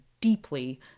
deeply